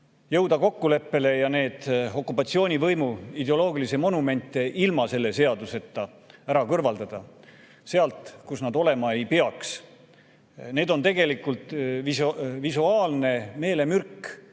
jõuda kokkuleppele ja neid okupatsioonivõimu ideoloogilisi monumente ilma selle seaduseta kõrvaldada sealt, kus nad olema ei peaks. Need on tegelikult visuaalne meelemürk,